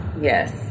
Yes